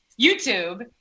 YouTube